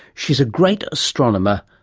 she is a great astronomer,